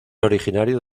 originario